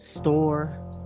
store